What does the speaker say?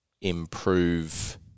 improve